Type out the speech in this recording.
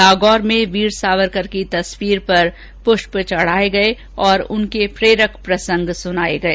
नागौर में वीर सावरकर की तस्वीर पर पुष्प अर्पित किए गए और उनके प्रेरक प्रसंग सुनाए गए